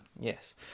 Yes